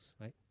right